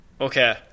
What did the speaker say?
Okay